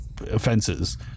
offenses